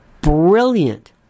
brilliant